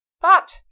But